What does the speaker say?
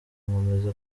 nkomeza